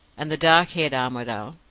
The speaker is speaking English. and the dark-haired armadale,